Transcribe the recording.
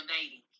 dating